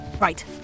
Right